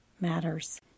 matters